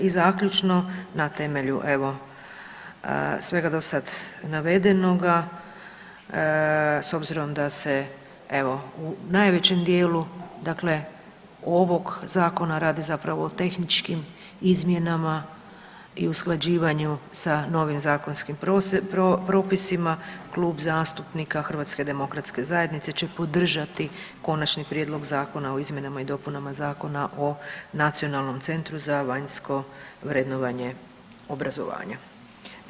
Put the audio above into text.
I zaključno, na temelju evo svega do sada navedenoga s obzirom da se evo u najvećem dijelu dakle ovog zakona radi zapravo o tehničkim izmjenama i usklađivanju sa novim zakonskim propisima, Klub zastupnika HDZ-a će podržati Konačni prijedlog Zakona o izmjenama i dopunama Zakona o Nacionalnom centru za vanjsko vrednovanje obrazovanja.